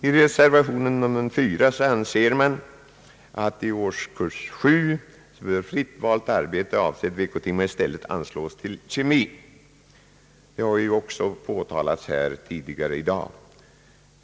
I reservation 4 anser man att en i årskurs 7 för fritt valt arbete avsedd veckotimme i stället skall anslås till kemi. Detta har också framförts tidigare här i dag.